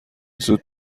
زود